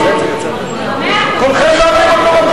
כולכם אבל,